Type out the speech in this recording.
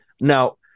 Now